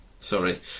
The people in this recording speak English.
sorry